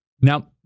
Now